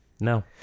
No